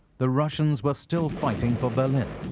the russians were still fighting for berlin.